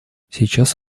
сейчас